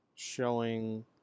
Showing